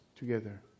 together